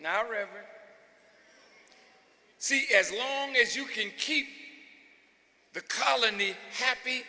ever see as long as you can keep the colony happy